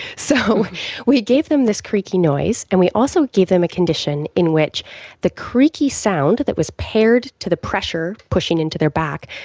so we gave them this creaky noise and we also give them a condition in which the creaky sound that was paired to the pressure pushing into their back,